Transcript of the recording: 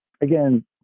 again